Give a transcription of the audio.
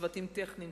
צוותים טכניים,